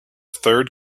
third